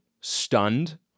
stunned